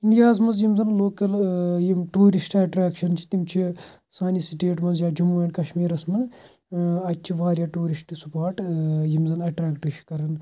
اِنڈیاہَس مَنٛز یِم زَن لوکَل یم یِم ٹیٛوٗرسٹ ایٹریٚکشَن چھِ تِم چھِ سانہِ سِٹیٹ مَنٛز یا جموں اینٛڈ کشمیٖرَس مَنٛز اَتہِ چھِ واریاہ ٹیٛوٗرِسٹہٕ سُپاٹ یم زَن اَیٹریٚکٹہٕ چھِ کَران